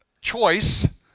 choice